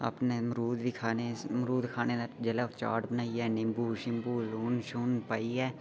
अपने मरूद बी खाने मरूद खाने नै जेल्ले चाट बनाइये नींबू शीम्बू लून शून पाइयै